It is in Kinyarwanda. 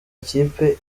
ikipe